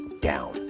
down